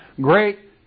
great